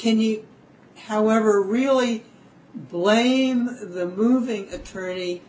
kinney however really blame the moving attorney